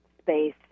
space